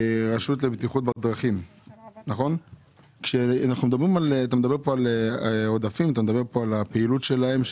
על עודפים אתה מדבר על הפעילות שלהם.